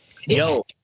yo